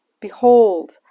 behold